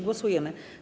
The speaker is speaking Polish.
Głosujemy.